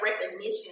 recognition